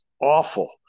awful